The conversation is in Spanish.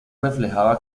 reflejaba